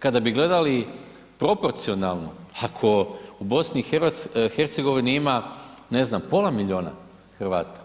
Kada bi gledali proporcionalno ako u BiH ima ne znam pola milijuna Hrvata